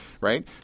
right